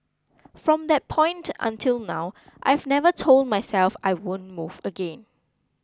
from that point until now I've never told myself I won't move again